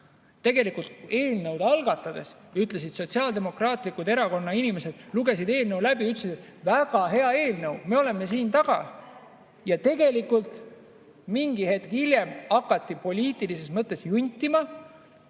Tegelikult eelnõu algatamise ajal ütlesid Sotsiaaldemokraatliku Erakonna inimesed, lugenud eelnõu läbi: väga hea eelnõu, me oleme siin taga. Aga mingi hetk hiljem hakati poliitilises mõttes juntima